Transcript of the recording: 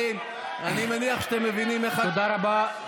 חברים, אני מניח שאתם מבינים איך, תודה רבה.